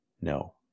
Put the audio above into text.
No